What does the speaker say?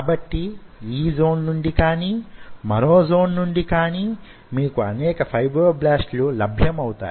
కాబట్టి ఈ జోన్ నుండి కానీ మరో జోన్ నుండి కానీ మీకు అనేక ఫైబ్రోబ్లాస్ట్ లు లభ్యమౌతాయి